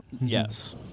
Yes